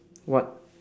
what